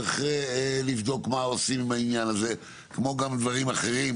צריך לבדוק מה עושים עם העניין הזה כמו גם דברים אחרים.